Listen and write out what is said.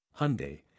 Hyundai